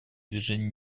движения